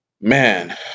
man